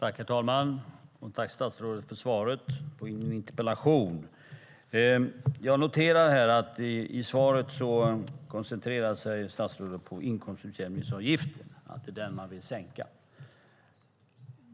Herr talman! Jag tackar statsrådet för svaret på min interpellation. Jag noterar att statsrådet i svaret koncentrerar sig på inkomstutjämningsavgiften och att det är den man vill sänka.